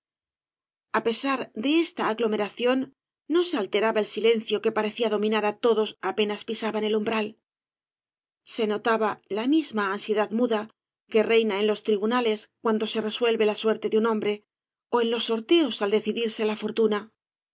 a pesar de esta aglomeración no se alteraba el silencio que parecía dominar á todos apenas pisaban el umbral se notaba la misma ansiedad muda que reina en los tribunales cuando se resuelve la suerte de un hombre ó en los sorteos al decidirse la fortuna